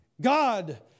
God